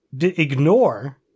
ignore